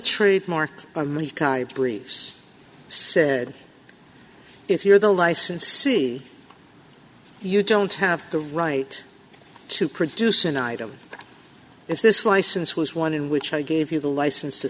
briefs said if you're the license see you don't have the right to produce an item if this license was one in which i gave you the license to